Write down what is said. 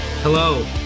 Hello